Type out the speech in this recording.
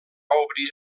obrir